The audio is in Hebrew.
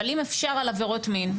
אבל אם אפשר על עבירות מין,